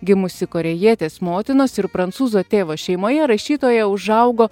gimusi korėjietės motinos ir prancūzo tėvo šeimoje rašytoja užaugo